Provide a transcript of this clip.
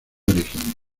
origen